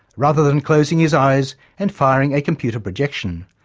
rather than closing his eyes and firing a computer projection.